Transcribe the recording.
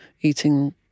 eating